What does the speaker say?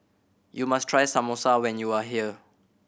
you must try Samosa when you are here